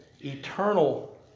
eternal